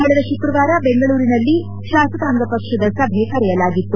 ಕಳೆದ ಶುಕ್ರವಾರ ಬೆಂಗಳೂರಿನಲ್ಲಿ ಶಾಸಕಾಂಗ ಪಕ್ಷದ ಸಭೆ ಕರೆಯಲಾಗಿತ್ತು